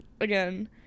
Again